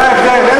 זה ההבדל.